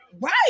right